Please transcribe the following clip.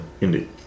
Indeed